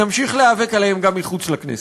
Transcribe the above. נמשיך להיאבק עליהם גם מחוץ לכנסת.